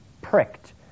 pricked